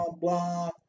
blah